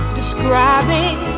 describing